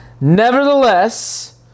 Nevertheless